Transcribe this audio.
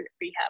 rehab